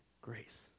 grace